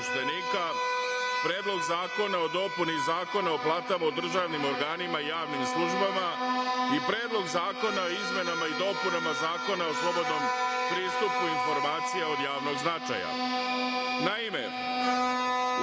Predlog zakona o dopuni Zakona o platama u državnim organima i javnim službama i Predlog zakona o izmenama i dopunama Zakona o slobodnom pristupu informacija od javnog značaja. Naime,